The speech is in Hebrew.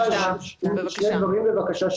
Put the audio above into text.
שני דברים, בבקשה.